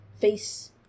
face